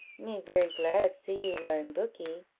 me very glad see you larn booky,